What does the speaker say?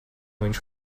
viņš